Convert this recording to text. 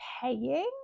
paying